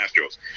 Astros